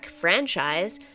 franchise